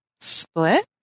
split